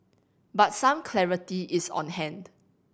but some clarity is on hand